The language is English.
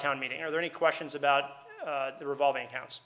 town meeting are there any questions about the revolving cou